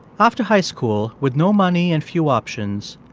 after high school, with no money and few options,